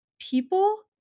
people